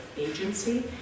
Agency